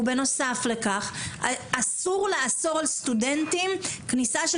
ובנוסף לכך אסור לאסור על סטודנטים כניסה של